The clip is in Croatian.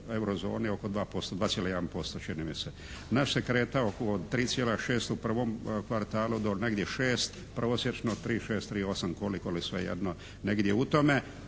eurozoni oko 2%, 2,1% čini mi se. Naš se kretao od 3,6 u prvom kvartalu do negdje 6, prosječno 3,6, 3,8 koliko svejedno negdje u tome.